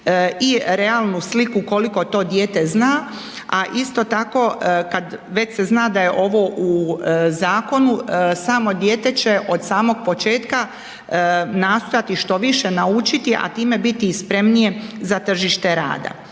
i realnu sliku koliko to dijete zna. A isto tako već se zna da je ovo u zakonu samo dijete će od samog početka nastojati što više naučiti, a time biti i spremnije za tržište rada.